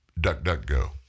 DuckDuckGo